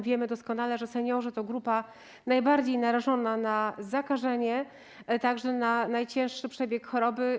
Wiemy doskonale, że seniorzy to grupa najbardziej narażona na zakażenie, także na najcięższy przebieg choroby.